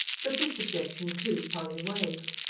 but this objection, too, polly waived.